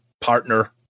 partner